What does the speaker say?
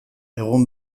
egun